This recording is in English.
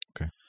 Okay